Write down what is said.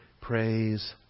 praise